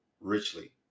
richly